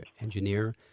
engineer